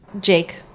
Jake